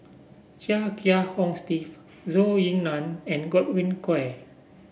Chia Kiah Hong Steve Zhou Ying Nan and Godwin Koay